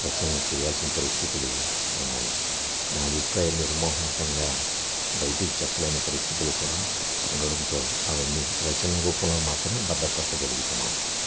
రచనలు చేయాల్సిన పరిస్థితులు ఉన్నాయి నా అభిప్రాయాలు నిర్మోహమటంగా బయటికి చెప్పలేని పరిస్థితులు కూడా ఉండడంతో అవన్నీ రచనల రూపంలో మాత్రమే భద్రపరచగలుగుతున్నాను